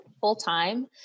full-time